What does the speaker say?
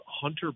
Hunter